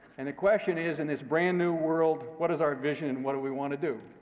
and the question is, in this brand-new world, what is our vision, and what do we want to do?